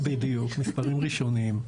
בדיוק מספרים ראשוניים.